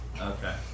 Okay